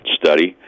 study